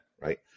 right